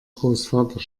großvater